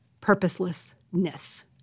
purposelessness